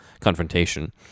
Confrontation